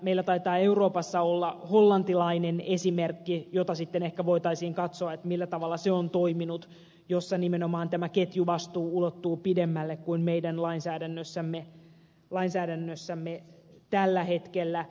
meillä taitaa euroopassa olla hollantilainen esimerkki jota sitten ehkä voitaisiin katsoa millä tavalla se on toiminut jossa nimenomaan tämä ketjuvastuu ulottuu pidemmälle kuin meidän lainsäädännössämme tällä hetkellä